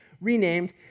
renamed